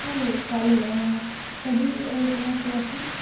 हो हो चालेल कधी ओपन असते ऑफिस